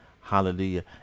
hallelujah